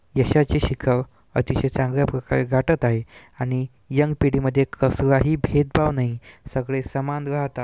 यशाचे शिखर अतिशय चांगल्या प्रकारे गाठत आहे आणि यंग पिढीमध्ये कसलाही भेदभाव नाही सगळे समान राहतात